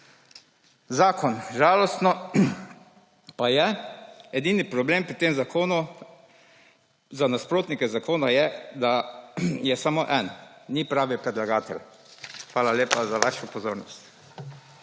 Zakon, žalostno pa je edini problem pri tem zakonu za nasprotnike zakona je, da je samo en, ni pravi predlagatelj. Hvala lepa za vašo pozornost.